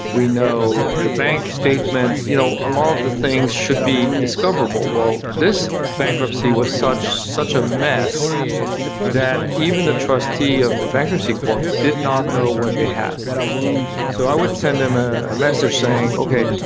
we know the bank statements. you know a lot of the things should be discoverable. well, this bankruptcy was such such a mess that even the trustee of the bankruptcy court did not know what they had so i would send them ah a message saying, okay,